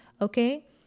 Okay